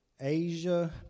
Asia